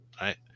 right